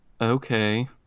okay